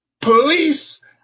Police